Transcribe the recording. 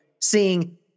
seeing